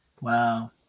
wow